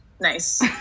Nice